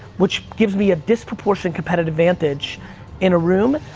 which gives me a disproportionate competitive advantage in a room.